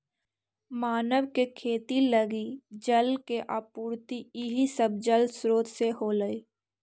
मानव के खेती लगी जल के आपूर्ति इहे सब जलस्रोत से होलइ